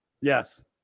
Yes